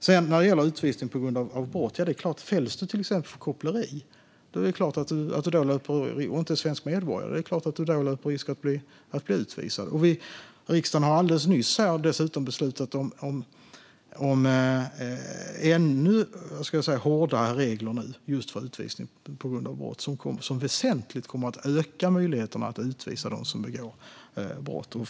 Sedan gällde det utvisning på grund av brott. Fälls du till exempel för koppleri och inte är svensk medborgare är det klart att du löper risk att bli utvisad. Riksdagen har dessutom alldeles nyss beslutat om ännu hårdare regler just för utvisning på grund av brott, regler som väsentligt kommer att öka möjligheten att utvisa dem som begår brott.